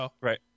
Right